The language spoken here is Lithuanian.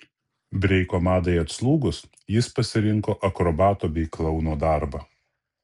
breiko madai atslūgus jis pasirinko akrobato bei klouno darbą